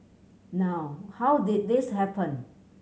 now how did this happen